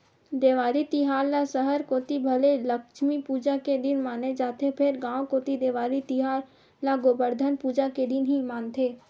देवारी तिहार ल सहर कोती भले लक्छमी पूजा के दिन माने जाथे फेर गांव कोती देवारी तिहार ल गोबरधन पूजा के दिन ही मानथे